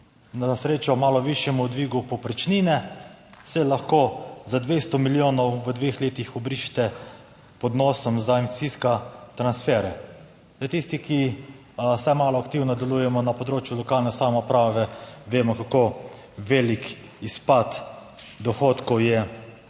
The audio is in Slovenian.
na srečo malo višjemu dvigu povprečnine se lahko za 200 milijonov v dveh letih obrišete pod nosom za investicijske transfere. Zdaj tisti, ki vsaj malo aktivno delujemo na področju lokalne samouprave, vemo kako velik izpad dohodkov je na